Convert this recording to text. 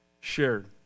shared